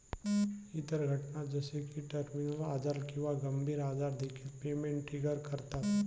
इतर घटना जसे की टर्मिनल आजार किंवा गंभीर आजार देखील पेमेंट ट्रिगर करतात